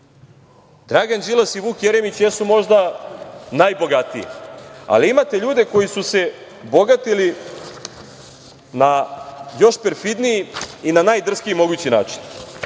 Dragan Đilas i Vuk Jeremić jesu možda najbogatiji, ali imate ljude koji su se bogatili na još perfidniji i najdrskiji mogući način. Jedan